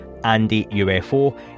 ANDYUFO